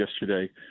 yesterday